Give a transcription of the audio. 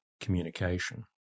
communication